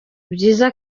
byiza